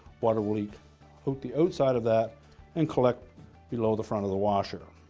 water will leak, hop the outside of that and collect below the front of the washer.